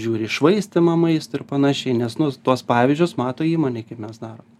žiūri į švaistymą maisto ir panašiai nes nu tuos pavyzdžius mato įmonėj kaip mes darom